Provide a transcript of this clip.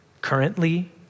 currently